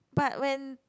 but when